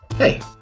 Hey